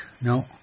No